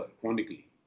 chronically